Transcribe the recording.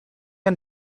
and